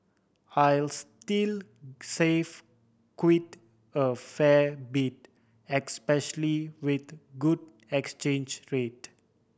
I'll still save quite a fair bit especially with the good exchange rate